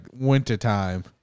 wintertime